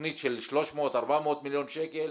מתוכנית של 300-400 מיליון שקל,